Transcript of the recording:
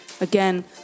Again